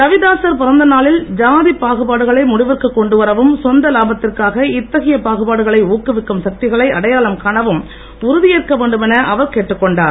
ரவிதாசர் பிறந்த நாளில் சாதி பாகுபாடுகளை முடிவிற்கு கொண்டு வரவும் சொந்த லாபத்திற்காக இத்தகைய பாகுபாடுகளை ஊக்குவிக்கும் சக்திகளை அடையாளம் காணவும் உறுதியேற்க வேண்டும் என அவர் கேட்டுக் கொண்டார்